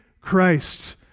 Christ